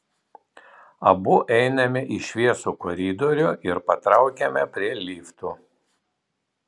abu einame į šviesų koridorių ir patraukiame prie liftų